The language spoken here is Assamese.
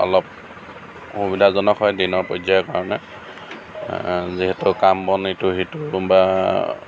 অলপ সুবিধাজনক হয় দিনৰ পৰ্যায়ৰ কাৰণে যিহেতু কাম বন ইটো সিটো বা